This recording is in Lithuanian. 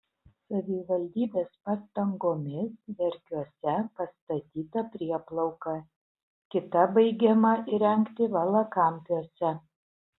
savivaldybės pastangomis verkiuose pastatyta prieplauka kita baigiama įrengti valakampiuose